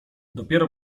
dopiero